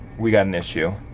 we got an issue.